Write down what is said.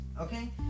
okay